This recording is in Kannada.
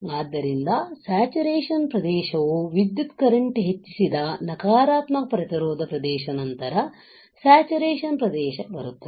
ಆದ್ದರಿಂದ ಸ್ಯಾಚುರೇಶನ್ ಪ್ರದೇಶವು ವಿದ್ಯುತ್ ಕರೆಂಟ್ ಹೆಚ್ಚಿಸಿದ ನಕಾರಾತ್ಮಕ ಪ್ರತಿರೋಧ ಪ್ರದೇಶದ ನಂತರ ಸ್ಯಾಚುರೇಶನ್ ಪ್ರದೇಶ ಬರುತ್ತದೆ